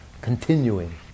continuing